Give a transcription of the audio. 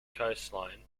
coastline